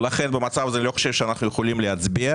ולכן במצב הזה אני לא חושב שאנחנו יכולים להצביע.